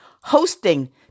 hosting